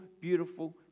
beautiful